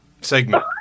segment